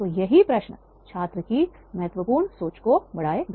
तो यही प्रश्न छात्र की महत्वपूर्ण सोच को बढ़ाएगा